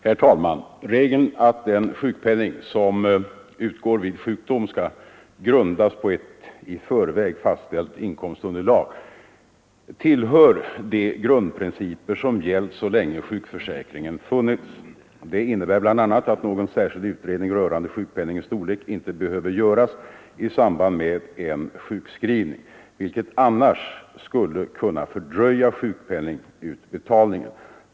Herr talman! Regeln att den sjukpenning som utgår vid sjukdom skall grundas på ett i förväg fastställt inkomstunderlag tillhör de grundprinciper som har gällt så länge sjuk försäkringen funnits. Det innebär bl.a. att någon särskild utredning rörande sjukpenningens storlek inte behöver göras i samband med en sjukskrivning, vilket annars skulle kunna fördröja sjukpenningutbetalningen.